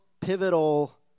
pivotal